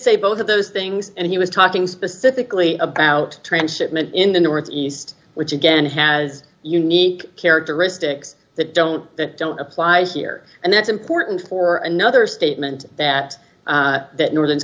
say both of those things and he was talking specifically about transshipment in the northeast which again has unique characteristics that don't that don't apply here and that's important for another statement that that northern